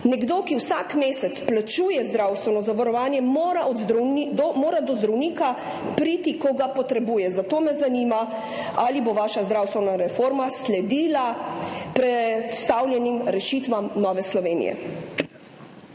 Nekdo, ki vsak mesec plačuje zdravstveno zavarovanje, mora do zdravnika priti, ko ga potrebuje. Zato me zanima: Ali bo vaša zdravstvena reforma sledila predstavljenim rešitvam Nove Slovenije?